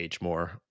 more